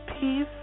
Peace